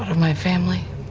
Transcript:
my family,